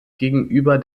gegenüber